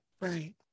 Right